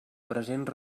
present